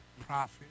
prophet